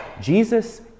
Jesus